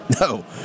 No